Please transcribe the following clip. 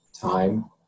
time